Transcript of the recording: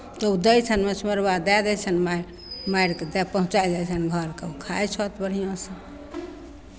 तऽ ओ दै छनि मछमरबा दए दै छनि मारि मारि कऽ तऽ पहुँचाय जाइ छनि घरके तऽ ओ खाइ छथि बढ़िआँसँ